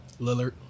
Lillard